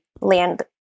land